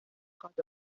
خواد